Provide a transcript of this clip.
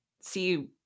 see